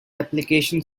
application